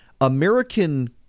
American